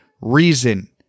reason